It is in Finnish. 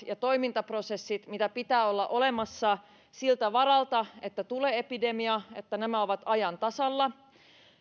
ja toimintaprosesseja joiden pitää olla olemassa siltä varalta että tulee epidemia ja huolehditaan siitä että nämä ovat ajan tasalla